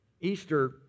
easter